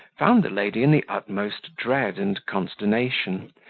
found the lady in the utmost dread and consternation,